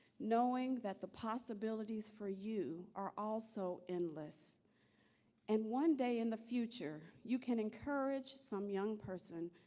knowing that the possibilities for you are also endless and one day in the future you can encourage some young person,